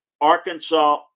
Arkansas